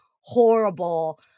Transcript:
horrible